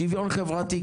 שוויון חברתי,